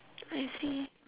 I see